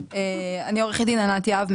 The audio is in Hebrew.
אני עורכת הדין ענת יהב,